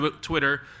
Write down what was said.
twitter